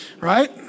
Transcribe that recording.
right